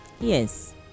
Yes